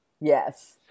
Yes